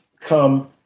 come